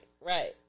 right